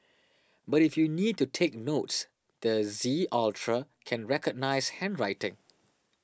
but if you need to take notes the Z Ultra can recognise handwriting